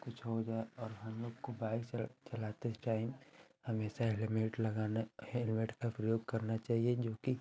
कुछ हो जाए और हम लोग को बाइक चला चलाते टाइम हमेशा हेलमेट लगाना हेलमेट का प्रयोग करना चाहिए जोकि